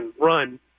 run